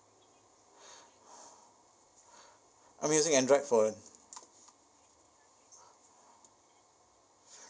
I'm using android for